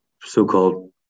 so-called